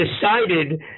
decided